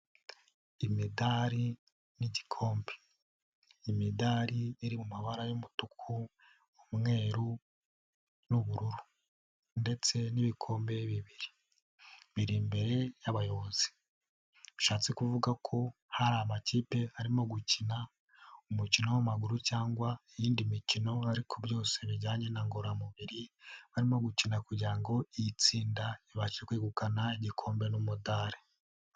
Imidari n'igikombe. Imidari iri mu mabara y'umutuku n'u umweru n'ubururu ndetse n'ibikombe bibiri biri imbere y'abayobozi. Bishatse kuvuga ko hari amakipe arimo gukina umukino w'amaguru cyangwa iyindi mikino ariko byose bijyanye na ngororamubiri arimo gukina kugira ngo iyi tsinda ibashe kwegukana igikombe n'umudali.